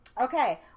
Okay